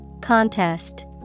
Contest